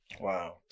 Wow